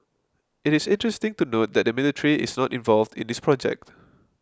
it is interesting to note that the military is not involved in this project